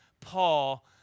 Paul